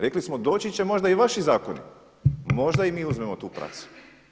Rekli smo doći će možda i vaši zakoni, možda i mi uzmemo tu praksu.